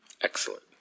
Excellent